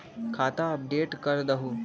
खाता अपडेट करदहु?